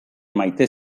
maite